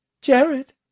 Jared